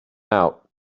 out